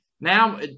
Now